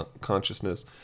consciousness